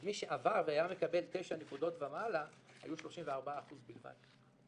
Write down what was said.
אז מי שעבר והיה מקבל תשע נקודות ומעלה היו 34% בלבד.